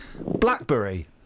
Blackberry